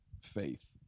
faith